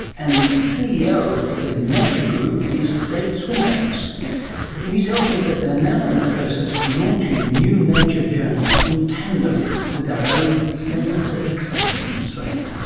and the ceo of the nature group is david swinbanks. and he tells me that they are now in the process of launching new nature journals in tandem with our own centres of excellence in australia.